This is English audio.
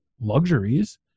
luxuries